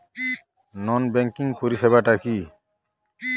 নন banking পরিষেবা টা কি?